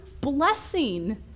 blessing